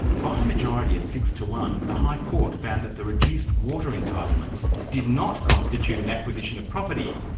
by a majority of six to one, the high court found that the reduced water entitlements did not constitute an acquisition of property.